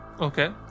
Okay